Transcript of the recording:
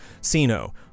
Sino